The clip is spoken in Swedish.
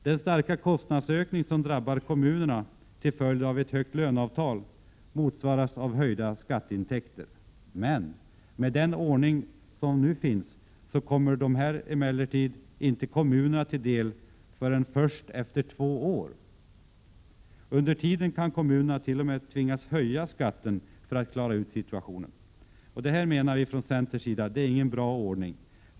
Den starka kostnadsökning som drabbar kommunerna till följd av ett högt löneavtal motsvaras av höjda skatteintäkter. Men med den ordning som nu finns kommer dessa inte kommunerna till del förrän först efter två år. Under tiden kan kommunerna t.o.m. ha tvingats höja skatten för att klara ut situationen. Detta är ingen bra ordning.